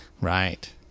Right